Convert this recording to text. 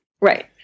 Right